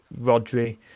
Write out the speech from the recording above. Rodri